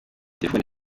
telefoni